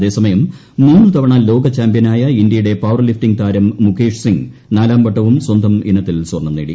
അതേസമയം മൂന്ന് തവണ ലോക ചാമ്പ്യനായ ഇന്ത്യയുടെ പവർലിഫ്റ്റിംഗ് താരം മുകേഷ് സിങ്ങ് നാലാം വട്ടവും സ്വന്തം ഇനത്തിൽ സ്വർണ്ണം നേടി